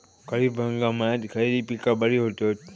खरीप हंगामात खयली पीका बरी होतत?